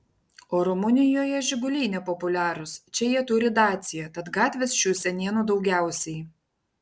o rumunijoje žiguliai nepopuliarūs čia jie turi dacia tad gatvės šių senienų daugiausiai